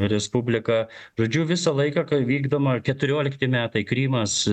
respublika žodžiu visą laiką vykdoma keturiolikti metai krymas